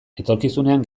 etorkizunean